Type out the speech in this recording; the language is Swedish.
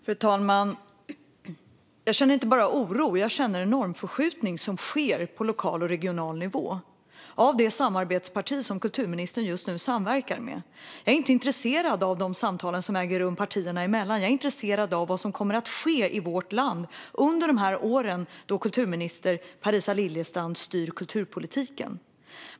Fru talman! Jag känner inte bara oro; jag känner att en normförskjutning sker på lokal och regional nivå av det samarbetsparti som kulturministern just nu samverkar med. Jag är inte intresserad av de samtal som äger rum partierna emellan; jag är intresserad av vad som kommer att ske i vårt land under åren då kulturminister Parisa Liljestrand styr kulturpolitiken.